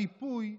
הריפוי,